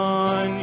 on